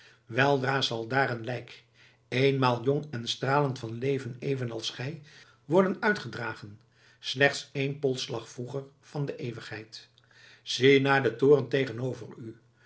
weldra zal daar een lijk eenmaal jong en stralend van leven evenals gij worden uitgedragend slechts één polsslag vroeger van de eeuwigheid zie naar den toren tegenover u